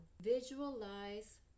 Visualize